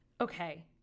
Okay